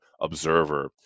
observer